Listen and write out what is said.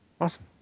Awesome